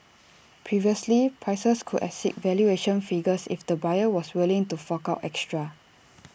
previously prices could exceed valuation figures if the buyer was willing to fork out extra